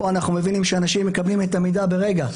פה אנחנו מבינים שאנשים מקבלים את המידע ברגע,